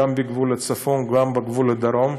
גם בגבול הצפון, גם בגבול הדרום.